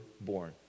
born